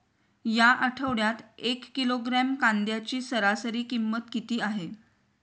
या आठवड्यात एक किलोग्रॅम कांद्याची सरासरी किंमत किती आहे?